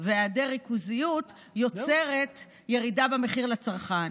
והיעדר ריכוזיות יוצרת ירידה במחיר לצרכן.